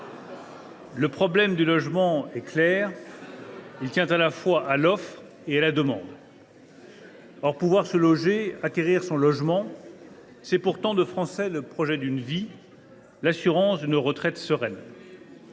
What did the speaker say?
Le problème du logement est simple : il tient à la fois à l’offre et à la demande. « Or pouvoir se loger, acquérir un logement, c’est pour beaucoup de Français le projet d’une vie, l’assurance d’une retraite sereine.